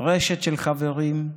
רשת של חברים,